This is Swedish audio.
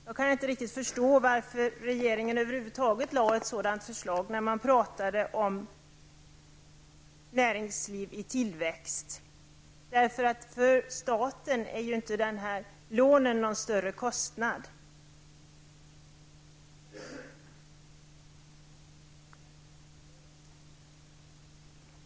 Jag kan inte riktigt förstå varför regeringen över huvud taget lade ett sådant förslag när man pratade om näringsliv i tillväxt. För staten utgör lånen inte någon större kostnad.